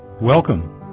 Welcome